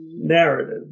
narrative